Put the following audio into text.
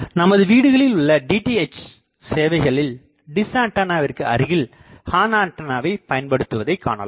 நமது வீடுகளில் உள்ள டிடிஎச் சேவைகளில் டிஷ் ஆண்டனாவிற்கு அருகில் ஹார்ன்ஆண்டனாவை பயன்படுத்துவதைக் காணலாம்